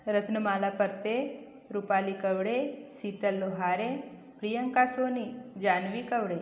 Ratnamala Patte Rupali Kaure Sheetal Lohare Priyanka Soni Janvi Kaure